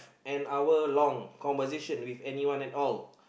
an hour long conversation with anyone at all